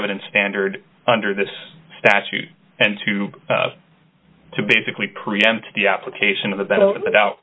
evidence standard under this statute and to to basically preempt the application of the doubt